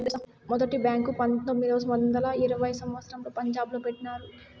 మొదటి బ్యాంకు పంతొమ్మిది వందల ఇరవైయవ సంవచ్చరంలో పంజాబ్ లో పెట్టినారు